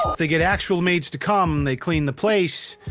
they get actual maids to come, they clean the place